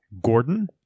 Gordon